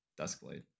Duskblade